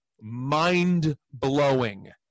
mind-blowing